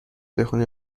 بخونی